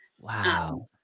Wow